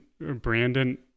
brandon